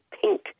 pink